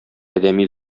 адәми